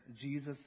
jesus